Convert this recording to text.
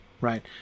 right